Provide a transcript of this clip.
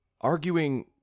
Arguing